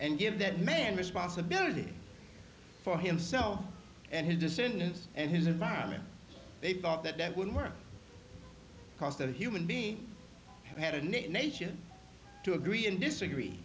and give that man responsibility for himself and his descendants and his environment they thought that that wouldn't work because that human being had a nature to agree and disagree